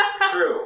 True